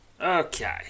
Okay